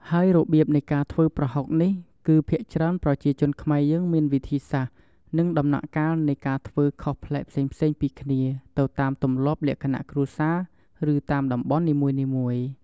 ហើយរបៀបនៃការធ្វើប្រហុកនេះ គឺភាគច្រើនប្រជាជនខ្មែរយើងមានវិធីសាស្ត្រ និងដំណាក់កាលនៃការធ្វើខុសប្លែកផ្សេងៗពីគ្នាទៅតាមទម្លាប់លក្ខណៈគ្រួសារ ឬតាមតំបន់នីមួយៗ។